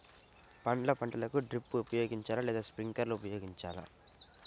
పండ్ల పంటలకు డ్రిప్ ఉపయోగించాలా లేదా స్ప్రింక్లర్ ఉపయోగించాలా?